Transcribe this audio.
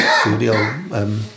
studio